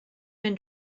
been